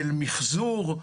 של מחזור.